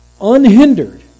unhindered